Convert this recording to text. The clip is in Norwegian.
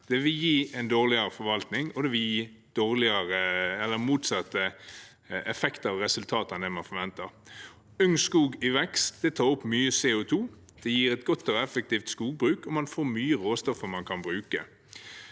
Den vil gi dårligere forvaltning og motsatt effekt og resultat enn man forventer. Ung skog i vekst tar opp mye CO2 og gir et godt og effektivt skogbruk, og man får mye råstoff man kan bruke.